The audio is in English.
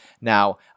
now